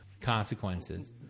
consequences